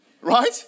Right